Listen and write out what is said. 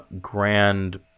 grand